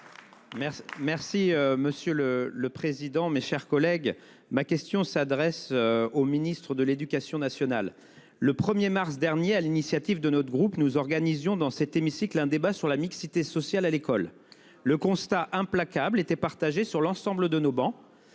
merci Monsieur le le président, mes chers collègues, ma question s'adresse au ministre de l'Éducation nationale, le 1er mars dernier, à l'initiative de notre groupe, nous organisions dans cet hémicycle un débat sur la mixité sociale à l'école. Le constat implacable étaient partagés sur l'ensemble de nos bancs.